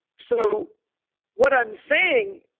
so what i'm saying,